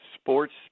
sports